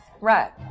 Right